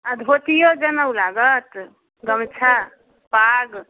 आ धोतियो जनउ लागत गमछा पाग